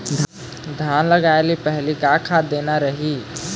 धान लगाय के पहली का खाद देना रही?